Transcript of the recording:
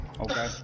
Okay